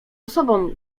sobą